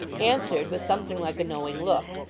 answered, with something like a knowing look,